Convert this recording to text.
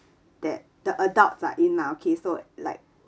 that the adults are in ah okay so like